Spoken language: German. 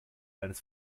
eines